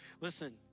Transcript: listen